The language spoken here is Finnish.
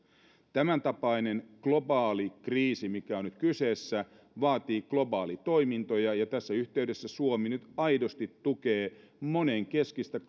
tämäntapainen globaali kriisi mikä on nyt kyseessä vaatii globaalitoimintoja ja tässä yhteydessä suomi nyt aidosti tukee monenkeskistä